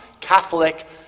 Catholic